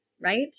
Right